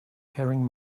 carrying